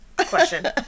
Question